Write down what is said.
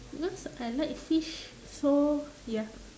because I like fish so ya